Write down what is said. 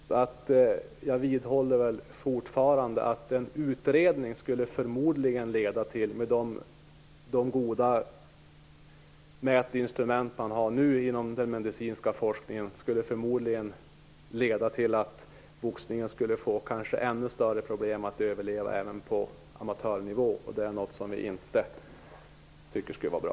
Så jag vidhåller att en utredning, med de goda mätinstrument som nu finns inom den medicinska forskningen, förmodligen skulle leda till att boxningen skulle få ännu större problem att överleva även på amatörnivå, vilket är något som vi inte tycker skulle vara bra.